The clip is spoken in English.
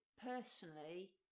personally